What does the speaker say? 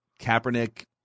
Kaepernick